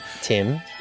Tim